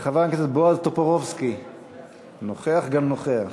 חבר הכנסת בועז טופורובסקי נוכח גם נוכח.